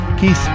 Keith